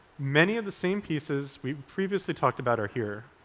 many of the same pieces we've previously talked about are here,